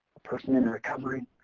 a person in in recovery,